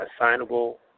assignable